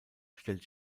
stellt